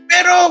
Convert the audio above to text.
Pero